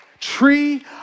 tree